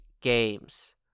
games